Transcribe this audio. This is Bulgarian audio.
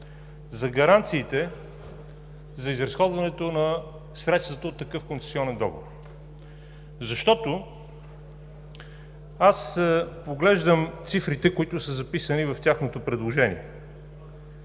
за гаранциите за изразходването на средствата от такъв концесионен договор. Аз поглеждам цифрите, които са записани в тяхното предложение,